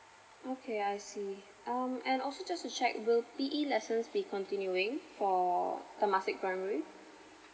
okay I see um and also just to check will p e lessons be continuing for temasek primary